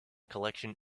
collection